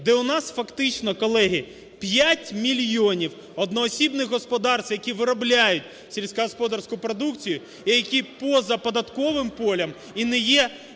де у нас фактично, колеги, 5 мільйонів одноосібних господарств, які виробляють сільськогосподарську продукцію і які поза податковим полем і не є